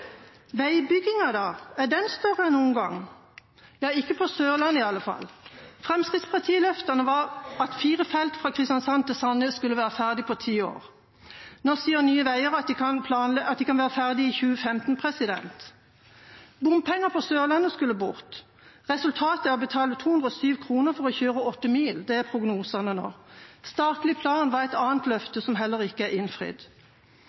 Veibyggingen, da – er den større enn noen gang? Ikke på Sørlandet i alle fall. Fremskrittsparti-løftene var at fire felt fra Kristiansand til Sandnes skulle være ferdig på ti år. Nå sier Nye Veier at mindre enn en tredjedel av veien er ferdig i 2015. Bompenger på Sørlandet skulle bort. Resultatet er at man må betale 207 kr for å kjøre 8 mil. Det er prognosene nå. Statlig plan var et annet løfte som heller ikke er innfridd.